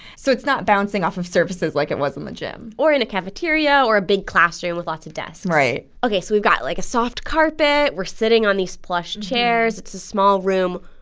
so it's not bouncing off of surfaces like it was in the gym or in a cafeteria or a big classroom with lots of desks right ok. so we've got, like, a soft carpet. we're sitting on these plush chairs. it's a small room.